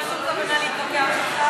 אין לי שום כוונה להתווכח אתך.